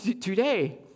today